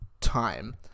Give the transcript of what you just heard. time